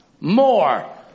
more